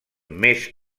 més